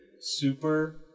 Super